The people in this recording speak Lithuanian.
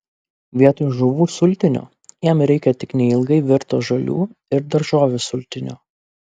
vietoj žuvų sultinio jam reikia tik neilgai virto žolių ir daržovių sultinio